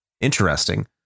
interesting